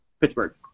Pittsburgh